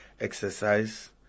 exercise